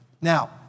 Now